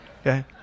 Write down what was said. okay